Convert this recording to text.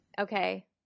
Okay